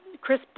Chris